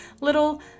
little